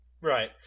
Right